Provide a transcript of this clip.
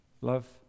Love